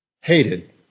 hated